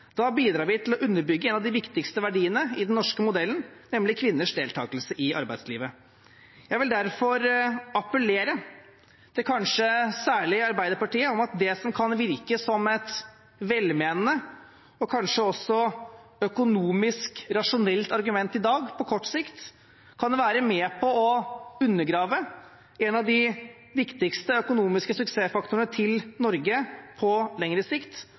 Da bidrar vi til å undergrave en av de viktigste verdiene i den norske modellen, nemlig kvinners deltakelse i arbeidslivet. Jeg vil derfor appellere til kanskje særlig Arbeiderpartiet: Det som i dag kan virke som et velmenende og kanskje også økonomisk rasjonelt argument på kort sikt, kan være med på å undergrave en av de viktigste økonomiske suksessfaktorene til Norge på lengre sikt.